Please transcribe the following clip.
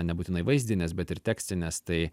nebūtinai vaizdines bet ir tekstines tai